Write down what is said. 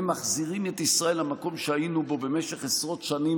הם מחזירים את ישראל למקום שהיינו בו במשך עשרות שנים,